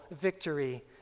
victory